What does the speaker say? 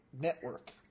network